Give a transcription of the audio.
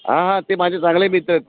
हां हां ते माझे चांगले मित्र